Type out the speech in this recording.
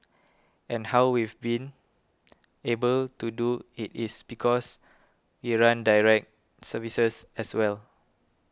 and how we've been able to do it is because we run direct services as well